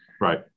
right